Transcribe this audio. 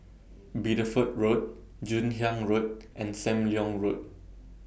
Bideford Road Joon Hiang Road and SAM Leong Road